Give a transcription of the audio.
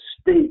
state